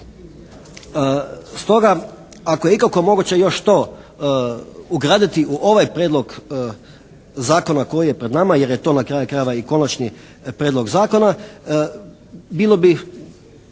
Stoga, ako je ikako moguće još to ugraditi u ovaj prijedlog zakona koji je pred nama jer je to na kraju krajeva i konačni prijedlog zakona, bilo bi